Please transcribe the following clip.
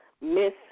Miss